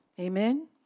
Amen